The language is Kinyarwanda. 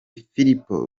filipo